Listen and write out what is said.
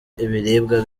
ibiribwa